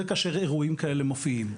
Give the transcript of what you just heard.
ה כאשר אירועים כאלה מופיעים.